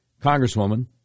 congresswoman